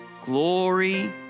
glory